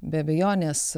be abejonės